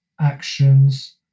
actions